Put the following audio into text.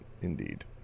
Indeed